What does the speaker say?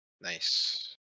Nice